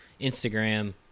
Instagram